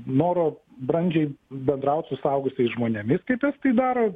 noro brandžiai bendraut su suaugusiais žmonėmis kaip estai daro